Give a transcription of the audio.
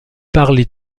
parler